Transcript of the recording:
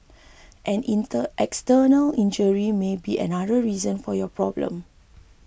an inter external injury may be another reason for your problem